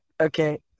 Okay